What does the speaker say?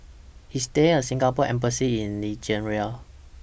IS There A Singapore Embassy in Nigeria